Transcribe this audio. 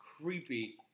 creepy